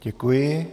Děkuji.